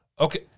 Okay